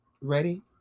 Ready